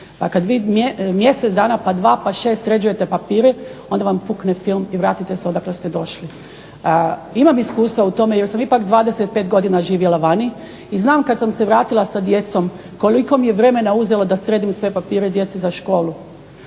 kada vi mjesec dana, pa dva pa šest sređujete papire onda vam pukne film i vratite se od kuda ste došli. Imam iskustva u tome jer sam ipak 25 godina živjela vani i znam kada sam se vratila sa djecom koliko mi je vremena uzelo da sredim sve papire djeci za školu.